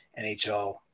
NHL